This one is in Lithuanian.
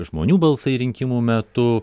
žmonių balsai rinkimų metu